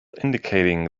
indicating